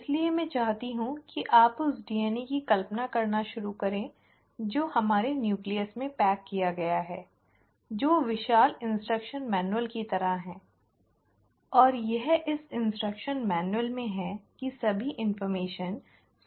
इसलिए मैं चाहती हूं कि आप उस DNA की कल्पना करना शुरू करें जो हमारे न्यूक्लियस में पैक किया गया है जो विशाल अनुदेश मैनुअल की तरह है और यह इस अनुदेश मैनुअल में है कि सभी जानकारी सूचीबद्ध तरह से रखी गई है